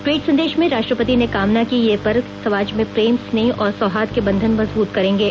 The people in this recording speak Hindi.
ट्वीट संदेश में राष्ट्रपति ने कामना की कि ये पर्व समाज में प्रेम स्नेह और सौहार्द्र के बंधन मजबूत करेंगे